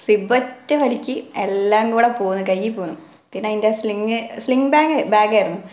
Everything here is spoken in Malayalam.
സിബ്ബ് ഒറ്റ വലിക്ക് എല്ലാം കൂടെ പോന്നു കൈയ്യിൽ പോന്നു പിന്നെ അതിൻ്റെ സ്ലിംഗ് സ്ലിംഗ് ബാഗാ ബാഗായിരുന്നു